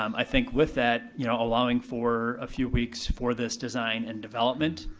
um i think with that, you know, allowing for a few weeks for this design and development,